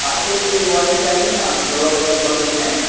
हाँ तो फिर वहीं पर आइए न ब्लॉक के बगल में